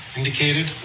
indicated